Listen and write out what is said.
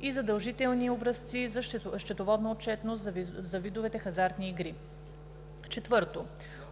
и задължителни образци за счетоводна отчетност за видовете хазартни игри; 4.